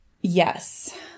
Yes